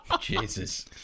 Jesus